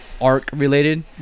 arc-related